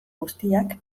guztiak